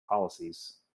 policies